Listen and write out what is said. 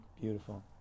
Beautiful